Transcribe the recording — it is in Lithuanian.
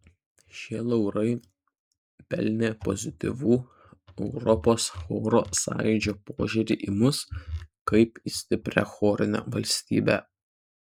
šie laurai pelnė pozityvų europos choro sąjūdžio požiūrį į mus kaip į stiprią chorinę valstybę